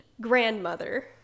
grandmother